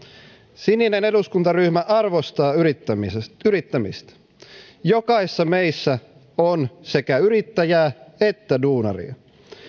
sininen eduskuntaryhmä arvostaa yrittämistä jokaisessa meissä on sekä yrittäjää että duunaria